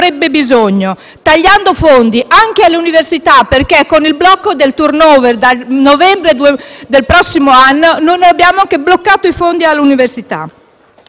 bisogno. Si tagliano fondi anche all'università perché, con il blocco del *turnover* da novembre del prossimo anno, non abbiamo fatto altro che bloccare i fondi all'università.